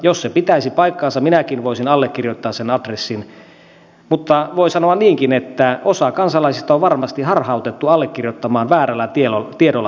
jos se pitäisi paikkansa minäkin voisin allekirjoittaa sen adressin mutta voi sanoa niinkin että osaa kansalaisista on varmasti harhautettu väärällä tiedolla allekirjoittamaan tämä adressi